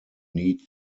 need